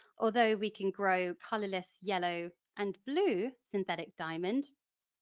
although we can grow colourless, yellow and blue synthetic diamond,